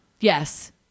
Yes